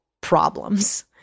problems